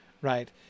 right